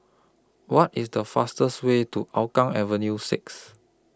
What IS The fastest Way to Hougang Avenue six